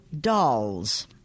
dolls